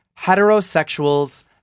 heterosexuals